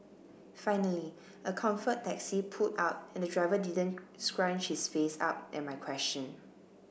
finally a Comfort taxi pulled up and the driver didn't scrunch his face up at my question